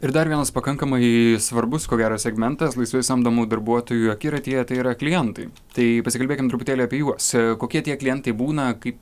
ir dar vienas pakankamai svarbus ko gero segmentas laisvai samdomų darbuotojų akiratyje tai yra klientai tai pasikalbėkim truputėlį apie juos kokie tie klientai būna kaip